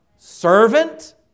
servant